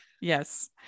Yes